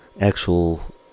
actual